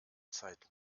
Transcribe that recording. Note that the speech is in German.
zeit